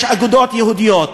יש אגודות יהודיות,